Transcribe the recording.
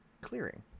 clearing